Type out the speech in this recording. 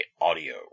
Audio